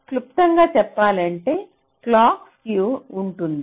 క్లుప్తంగా చెప్పాలంటే clock skew ఉంటుంది